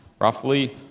roughly